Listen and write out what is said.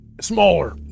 Smaller